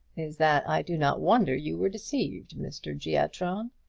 is that i do not wonder you were deceived, mr. giatron.